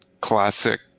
classic